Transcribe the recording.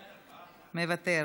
מוותר,